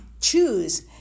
choose